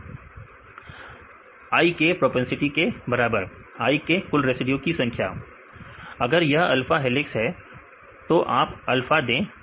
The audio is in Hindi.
i आई की प्रोपेंसिटी बराबर है विद्यार्थी i के कुल रेसिड्यू के संख्या की i के कुल रेसिड्यू के संख्या की अगर यह अल्फा हेलिक्स है तो आप अल्फा दें i का n